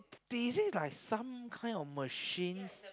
they say like some kind of machines